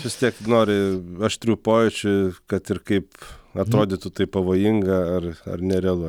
vis tiek nori aštrių pojūčių kad ir kaip atrodytų tai pavojinga ar ar nerealu